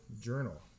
journal